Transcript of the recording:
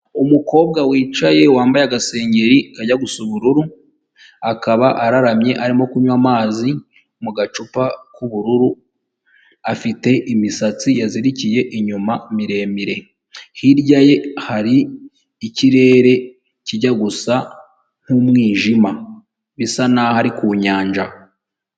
Umukobwa wicaye wambaye agasengeri kajya gusa ubururu akaba araramye arimo kunywa amazi mu gacupa k'ubururu, afite imisatsi yazirikiye inyuma miremire, hirya ye hari ikirere kijya gusa nk'umwijima bisa naho ari ku nyanja.